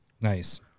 Nice